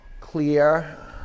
clear